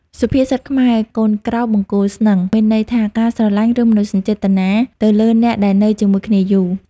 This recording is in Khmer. សុភាសិតខ្មែរ “កូនក្រោលបង្គោលស្នឹង” មានន័យថា ការស្រឡាញ់ ឬមនោសញ្ចេតនាទៅលើអ្នកដែលនៅជាមួយគ្នាយូរ។